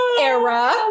era